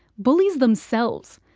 bullies themselves.